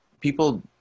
people